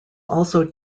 also